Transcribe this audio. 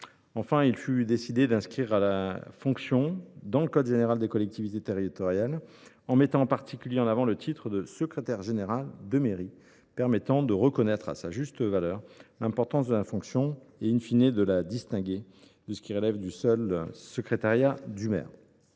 Enfin, il a été décidé d’inscrire la fonction dans le code général des collectivités territoriales, en mettant en particulier en avant le titre de « secrétaire général de mairie », permettant de reconnaître à sa juste valeur l’importance de la fonction et de la distinguer de ce qui relève du seul secrétariat du maire.